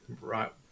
Right